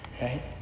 right